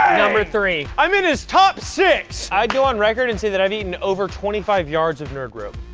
ah number three. i'm in his top six. i'd go on record and say that i've been over twenty five yards of nerds rope.